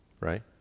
Right